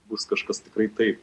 bus kažkas tikrai taip